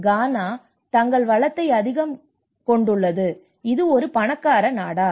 கானா தங்க வளத்தை அதிகம் கொண்டுள்ளது இது ஒரு பணக்கார நாடா